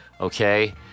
okay